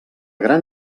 gran